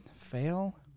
Fail